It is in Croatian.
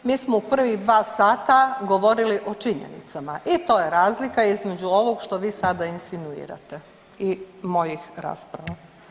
Mi smo u prvih dva sata govorili o činjenicama i to je razlika između ovog što vi sada insinuirate i mojih rasprava.